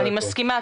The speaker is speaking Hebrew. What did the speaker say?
אני מסכימה,